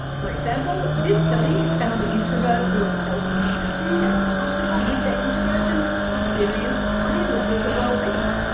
for example this study found introverts who were self-accepting and comfortable with their introversion experienced higher levels of well-being,